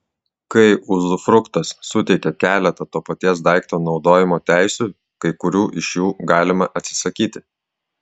kai uzufruktas suteikia keletą to paties daikto naudojimo teisių kai kurių iš jų galima atsisakyti